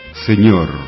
Señor